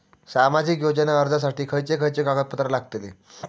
सामाजिक योजना अर्जासाठी खयचे खयचे कागदपत्रा लागतली?